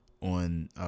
on